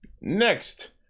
Next